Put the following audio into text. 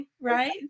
right